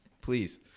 please